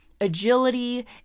agility